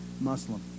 Muslim